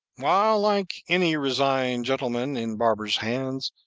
while, like any resigned gentleman in barber's hands,